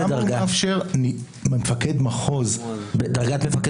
מדרג האפס"ד לא עובד לפי